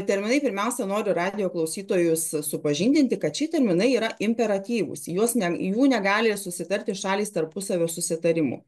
terminai pirmiausia noriu radijo klausytojus supažindinti kad šie terminai yra imperatyvūs į juos ne jų negali susitarti šalys tarpusavio susitarimu